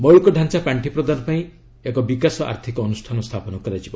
ମୌଳିକ ଡ଼ାଞ୍ଚା ପାର୍ଷି ପ୍ରଦାନ ପାଇଁ ଏକ ବିକାଶ ଆର୍ଥିକ ଅନୁଷ୍ଠାନ ସ୍ଥାପନ କରାଯିବ